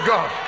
God